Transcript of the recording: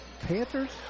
Panthers